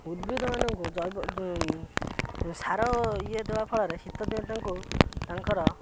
ଉଦ୍ଭିଦ ମାନଙ୍କୁ ଜୈବ ସାର ଇଏ ଦେବା ଫଳରେ ଶୀତ ଦିନ ତାଙ୍କୁ ତାଙ୍କର